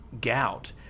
gout